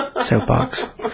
soapbox